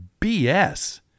bs